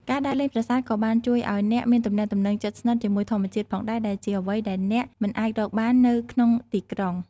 ការដើរលេងប្រាសាទក៏បានជួយឱ្យអ្នកមានទំនាក់ទំនងជិតស្និទ្ធជាមួយធម្មជាតិផងដែរ ដែលជាអ្វីដែលអ្នកមិនអាចរកបាននៅក្នុងទីក្រុង។